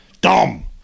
dumb